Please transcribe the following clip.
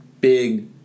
big